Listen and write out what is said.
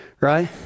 right